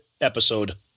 episode